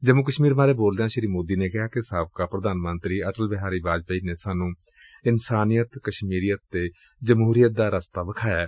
ਜੰਮੁ ਕਸ਼ਮੀਰ ਬਾਰੇ ਬੋਲਦਿਆਂ ਸ੍ਰੀ ਮੋਦੀ ਨੇ ਕਿਹਾ ਕਿ ਸਾਬਕਾ ਪ੍ਰਧਾਨ ਮੰਤਰੀ ਅਟਲ ਬਿਹਾਰੀ ਵਾਜਪੇਈ ਨੇ ਸਾਨੂੰ ਇਨਸਾਨੀਅਤ ਕਸ਼ਮੀਰੀਅਤ ਅਤੇ ਜਮਹੂਰੀਅਤ ਦਾ ਰਸਤਾ ਵਿਖਾਇਆ ਏ